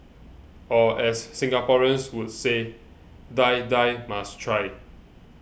or as Singaporeans would say Die Die must try